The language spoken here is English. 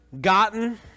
gotten